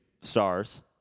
stars